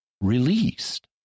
released